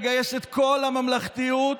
זה ממש לא בסדר.